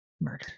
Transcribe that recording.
murder